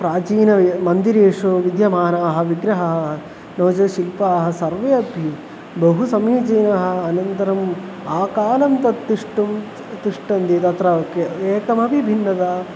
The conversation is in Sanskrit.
प्राचीनमन्दिरेषु विद्यमानाः विग्रहाः नो चेत् शिल्पाः सर्वे अपि बहु समीचीनः अनन्तरम् आकालं तत् तिष्ठुं तिष्ठन्ति तत्र के एकमपि भिन्नता